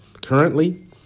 Currently